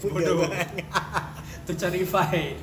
bodoh tu cari fight